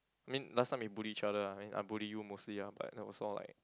mean last time we bully each other lah then I bully you mostly lah but that was all like